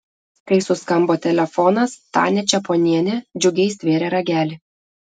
kai suskambo telefonas tania čeponienė džiugiai stvėrė ragelį